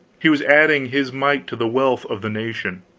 he was adding his mite to the wealth of the nation.